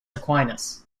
aquinas